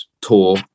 tour